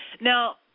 Now